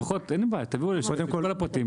לפחות, אין בעיה, תביאו את כל הפרטים.